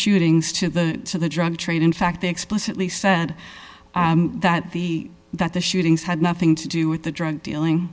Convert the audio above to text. shootings to the drug trade in fact they explicitly said that the that the shootings had nothing to do with the drug dealing